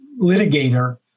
litigator